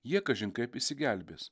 jie kažin kaip išsigelbės